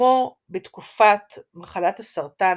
וכמו בתקופת מחלת הסרטן,